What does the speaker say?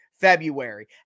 February